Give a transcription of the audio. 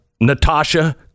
Natasha